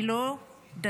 אני לא דתייה,